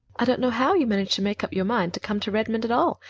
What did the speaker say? i don't know how you managed to make up your mind to come to redmond at all,